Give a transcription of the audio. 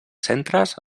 centres